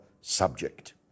subject